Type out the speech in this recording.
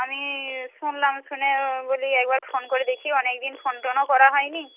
আমি শুনলাম শুনে বলি একবার ফোন করে দেখি অনেক দিন ফোন টোনও করা হয় নি